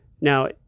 Now